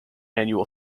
annual